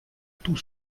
tout